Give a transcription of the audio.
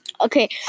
okay